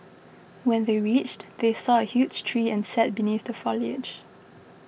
when they reached they saw a huge tree and sat beneath the foliage